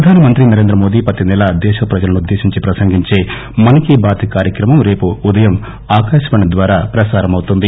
ప్రధానమంత్రి ప్రతి నెల దేశప్రజలనుద్దేశించి ప్రసంగించే మన్ కీ బాత్ కార్యక్రమం రేపు ఉదయం ఆకాశవాణి ద్వారా ప్రసారమౌతుంది